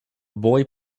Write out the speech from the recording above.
boy